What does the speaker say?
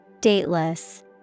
Dateless